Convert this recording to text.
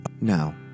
Now